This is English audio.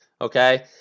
Okay